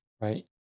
right